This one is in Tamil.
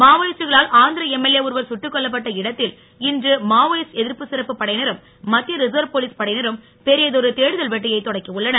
மாவோயிஸ்டுகளால் ஆந்திர எம்எல்ஏ ஒருவர் சுட்டுக் கொல்லப்பட்ட இடத்தில் இன்று மாவோயிஸ்ட் எதிர்ப்பு சிறப்பு படையினரும் மத்திய ரிசர்வ் போலீஸ் படையினரும் பெரியதொரு தேடுதல் வேட்டையை தொடக்கியுள்ளனர்